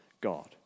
God